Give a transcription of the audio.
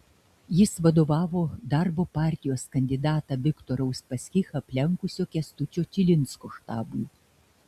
jis vadovavo darbo partijos kandidatą viktorą uspaskichą aplenkusio kęstučio čilinsko štabui